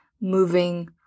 moving